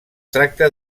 tracta